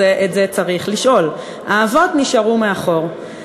את זה צריך לשאול, האבות נשארו מאחור.